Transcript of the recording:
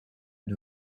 mit